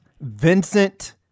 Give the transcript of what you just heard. Vincent